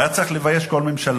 זה היה צריך לבייש כל ממשלה.